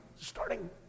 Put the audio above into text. starting